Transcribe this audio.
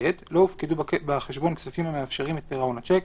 (ב) לא הופקדו בחשבון כספים המאפשרים את פירעון השיק,